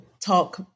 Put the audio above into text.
talk